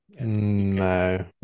No